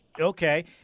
Okay